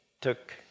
took